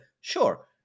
sure